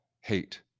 hate